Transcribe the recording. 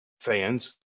fans